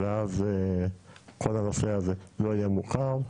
ואז כל הנושא הזה לא יהיה מוכר,